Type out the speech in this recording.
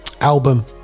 album